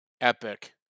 Epic